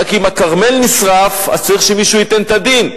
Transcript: רק אם הכרמל נשרף צריך שמישהו ייתן את הדין,